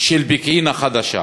של פקיעין-החדשה.